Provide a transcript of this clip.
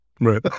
Right